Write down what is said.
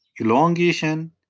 elongation